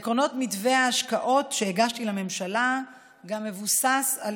עקרונות מתווה ההשקעות שהגשתי לממשלה גם מבוסס על